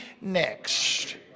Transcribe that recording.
next